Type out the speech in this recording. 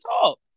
talk